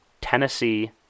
Tennessee